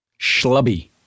Schlubby